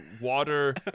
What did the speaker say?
water